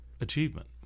achievement